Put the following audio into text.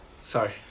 Sorry